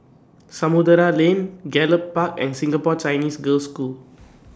Samudera Lane Gallop Park and Singapore Chinese Girls' School